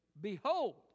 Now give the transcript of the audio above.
behold